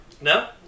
No